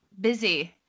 busy